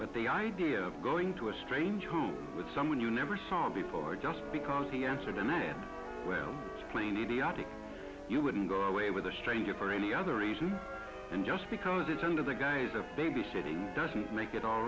but the idea of going to a strange home with someone you never saw before just because he answered and well it's plain idiotic you wouldn't go away with a stranger for any other reason and just because it's under the guise of babysitting doesn't make it all